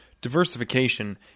diversification